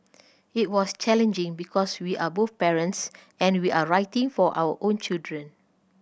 it was challenging because we are both parents and we are writing for our own children